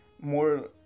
more